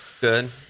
good